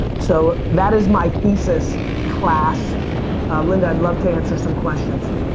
so that is my thesis, class and i'd love to answer some questions.